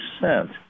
percent